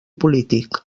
polític